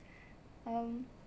um